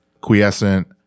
quiescent